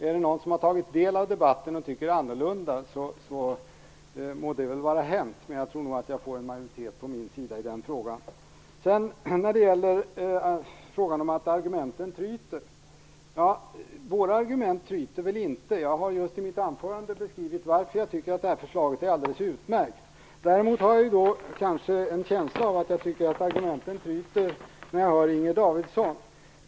Är det någon som tagit del av debatten och tycker annorlunda må det väl vara hänt, men jag tror nog att jag får en majoritet på min sida i den frågan. Våra argument tryter inte. Jag har i mitt anförande beskrivit varför jag tycker att det här förslaget är alldeles utmärkt. Däremot får jag kanske en känsla av att argumenten tryter när jag hör Inger Davidson.